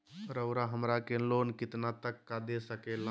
रउरा हमरा के लोन कितना तक का दे सकेला?